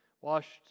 washed